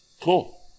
Cool